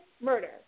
murder